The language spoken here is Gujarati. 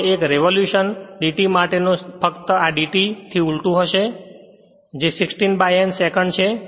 હવે એક રેવોલુશનd t માટેનો સમય ફક્ત આ d t થી ઊલટું હશે જે 60 N સેકંડ છે